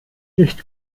nicht